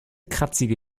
kratzige